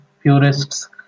purists